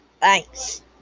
Thanks